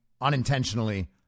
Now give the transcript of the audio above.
unintentionally